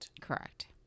Correct